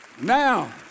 Now